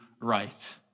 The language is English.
right